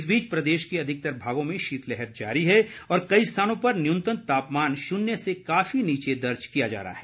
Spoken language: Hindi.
इस बीच प्रदेश के अधिकतर भागों में शीतलहर जारी है और कई स्थानों पर न्यूनतम तापमान शून्य से काफी नीचे दर्ज किया जा रहा है